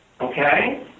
okay